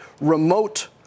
remote